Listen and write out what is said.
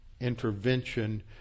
intervention